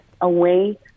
away